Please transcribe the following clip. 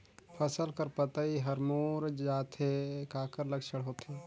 फसल कर पतइ हर मुड़ जाथे काकर लक्षण होथे?